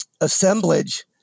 assemblage